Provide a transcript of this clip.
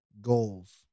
goals